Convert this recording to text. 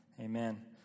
Amen